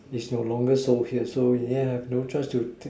it's no longer social so yeah have no choice to